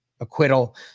acquittal